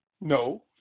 No